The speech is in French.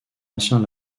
ancien